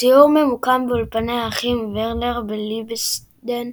הסיור ממוקם באולפני האחים וורנר בליבסדן,